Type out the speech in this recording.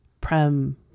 prem